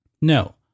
No